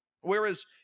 Whereas